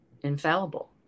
infallible